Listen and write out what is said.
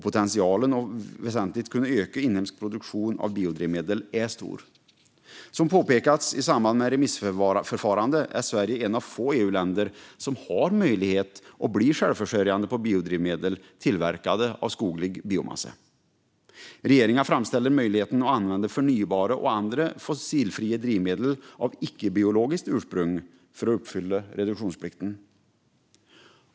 Potentialen att väsentligt kunna öka inhemsk produktion av biodrivmedel är stor. Som påpekats i samband med remissförfarandet är Sverige ett av få EU-länder som har möjlighet att bli självförsörjande på biodrivmedel tillverkade av skoglig biomassa. Regeringen framställer möjligheten att använda förnybara och andra fossilfria drivmedel av icke-biologiskt ursprung för att uppfylla reduktionsplikten.